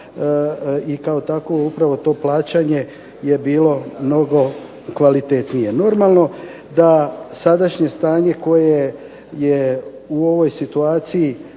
i kao takvu upravo to plaćanje je bilo mnogo kvalitetnije. Normalno da sadašnje stanje koje je u ovoj situaciji